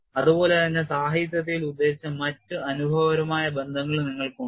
അതുപോലെ തന്നെ സാഹിത്യത്തിൽ ഉദ്ധരിച്ച മറ്റ് അനുഭവപരമായ ബന്ധങ്ങളും നിങ്ങൾക്കുണ്ട്